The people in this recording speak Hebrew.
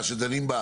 הם יהיו הקבלנים.